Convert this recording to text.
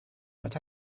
what